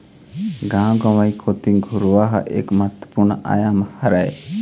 गाँव गंवई कोती घुरूवा ह एक महत्वपूर्न आयाम हरय